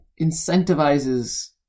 incentivizes